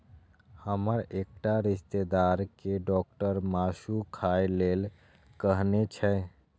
हमर एकटा रिश्तेदार कें डॉक्टर मासु खाय लेल कहने छै